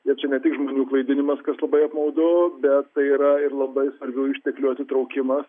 ir čia ne tik žmonių klaidinimas kas labai apmaudu bet tai yra ir labai svarbių išteklių atitraukimas